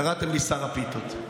קראתם לי שר הפיתות.